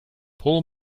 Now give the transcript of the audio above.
pull